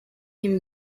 him